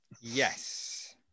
Yes